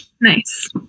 Nice